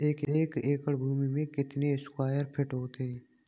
एक एकड़ भूमि में कितने स्क्वायर फिट होते हैं?